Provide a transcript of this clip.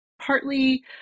partly